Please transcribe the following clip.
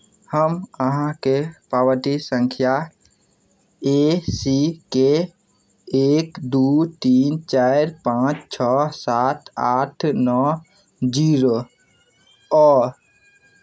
हम अहाँके पावती सङ्ख्या ए सी के एक दू तीन चारि पाँच छओ सात आठ नओ जीरो अऽ